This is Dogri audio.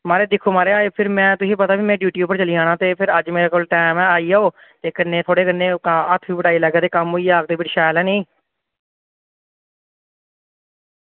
म्हाराज दिक्खो म्हाराज फिर में ड्यूटी पर चली जाना ते अज्ज फिर मेरे कोल टैम ऐ ते अज्ज फिर थुआढ़े कन्नै हत्थ बी बटाई लैगा ते अज्ज कन्नै थोह्ड़ा कम्म बी ऐ नी